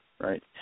Right